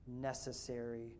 necessary